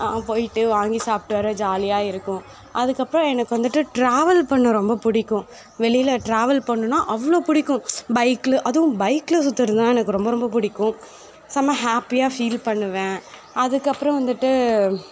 போய்ட்டு வாங்கி சாப்பிட்டு வர ஜாலியாக இருக்கும் அதுக்கப்புறம் எனக்கு வந்துட்டு ட்ராவல் பண்ண ரொம்ப பிடிக்கும் வெளியில் ட்ராவல் பண்ணுன்னா அவ்வளோ பிடிக்கும் பைக்ல அதுவும் பைக்ல சுத்துறதுதான் எனக்கு ரொம்ப ரொம்ப பிடிக்கும் செம ஹாப்பியாக ஃபீல் பண்ணுவேன் அதுக்கப்புறம் வந்துட்டு